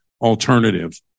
alternative